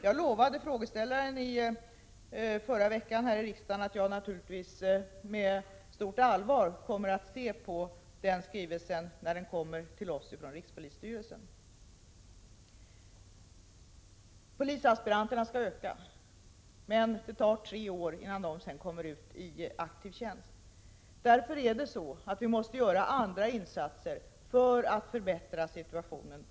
Jag lovade frågeställaren här i riksdagen förra veckan att jag naturligtvis med stort allvar kommer att se på den skrivelsen, när den kommer till oss från rikspolisstyrelsen. Antagningen av polisaspiranter skall öka, men det tar tre år innan dessa sedan kommer ut i aktiv tjänst. Därför måste vi göra andra insatser för att förbättra situationen.